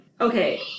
Okay